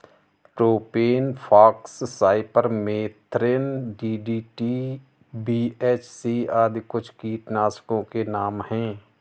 propane फॉक्स, cypermethrin, DDT, BHC आदि कुछ कीटनाशकों के नाम हैं